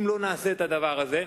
אם לא נעשה את הדבר הזה,